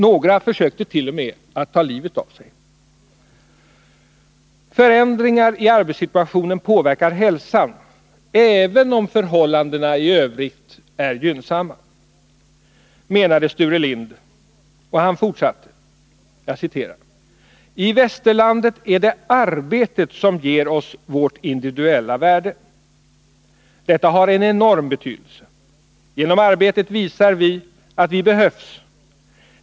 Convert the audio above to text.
Några försökte t.o.m. ta livet av sig. Förändringar i arbetssituationen påverkar hälsan, även om förhållandena i Övrigt är gynnsamma, menade Sture Lind och fortsatte: ”I Västerlandet är det arbetet som ger oss vårt individuella värde. Detta har en enorm betydelse. Genom arbetet visar vi att vi behövs.